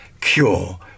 cure